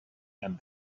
and